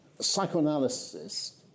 psychoanalysis